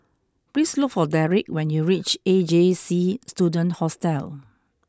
please look for Dedric when you reach A J C Student Hostel